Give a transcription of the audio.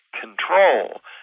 control